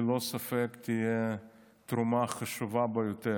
ללא ספק תהיה תרומה חשובה ביותר.